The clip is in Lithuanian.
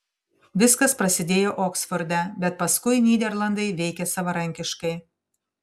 viskas prasidėjo oksforde bet paskui nyderlandai veikė savarankiškai